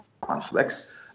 conflicts